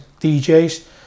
DJs